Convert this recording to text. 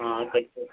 हाँ रखो